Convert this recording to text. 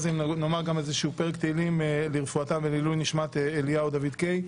זה אם נאמר גם איזשהו פרק תהילים לרפואתם ולעילוי נשמת אליהו דוד קיי.